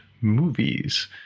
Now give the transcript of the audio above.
movies